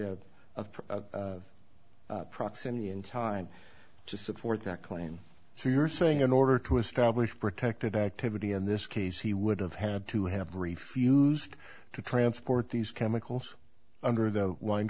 of proximity in time to support that claim so you're saying in order to establish protected activity in this case he would have had to have refused to transport these chemicals under the